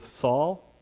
Saul